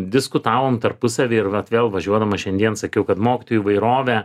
diskutavom tarpusavy ir vat vėl važiuodamas šiandien sakiau kad mokytojų įvairovė